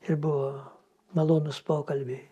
ir buvo malonūs pokalbiai